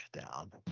down